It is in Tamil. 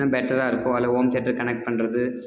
இன்னும் பெட்டராக இருக்கும் அதில் ஹோம் தேட்டர் கனெக்ட் பண்ணுறது